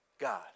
God